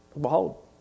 Behold